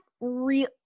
real